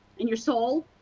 and your soul.